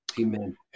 Amen